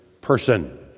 person